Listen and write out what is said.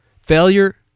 Failure